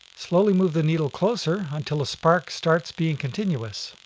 slowly move the needle closer until the spark starts being continuous.